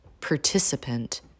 participant